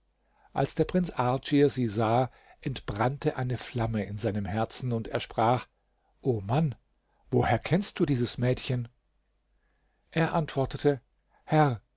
als der prinz ardschir sie sah entbrannte eine flamme in seinem herzen und er sprach o mann woher kennst du dieses mädchen er antwortete herr